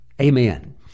amen